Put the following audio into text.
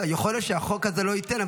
יכול להיות שהחוק הזה לא ייתן,